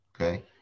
okay